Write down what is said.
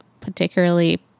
particularly